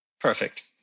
Perfect